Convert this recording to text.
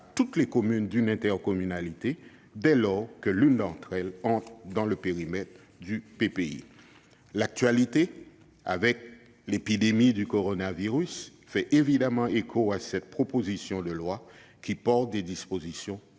toutes les communes d'une intercommunalité, dès lors que l'une d'elles entre dans le périmètre du PPI. L'actualité, avec l'épidémie de coronavirus, fait évidemment écho à cette proposition de loi, qui comporte des dispositions